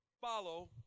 Follow